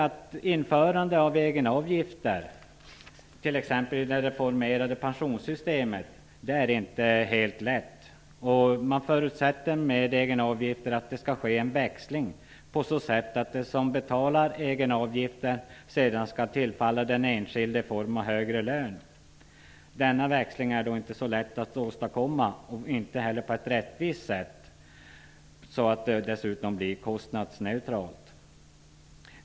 Att införa egenavgifter, t.ex. i det reformerade pensionssystemet, är inte helt lätt. Egenavgifter förutsätter en växling på så sätt att det som betalas i egenavgifter sedan skall tillfalla den enskilde i form av högre lön. Denna växling är inte så lätt att åstadkomma på ett rättvist sätt så att det dessutom blir kostnadsneutralt.